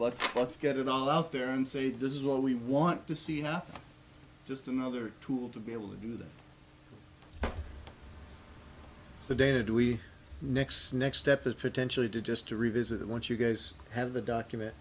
but let's get it all out there and say this is what we want to see enough just another tool to be able to do that the data do we next next step is potentially to just to revisit once you guys have the document